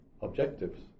objectives